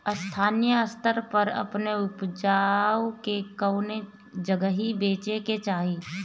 स्थानीय स्तर पर अपने ऊपज के कवने जगही बेचे के चाही?